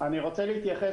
רוצה להתייחס